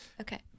Okay